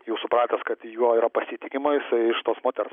jau supratęs kad juo yra pasitikima jisai iš tos moters